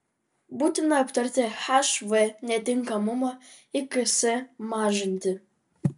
būtina aptarti hv netinkamumą iks mažinti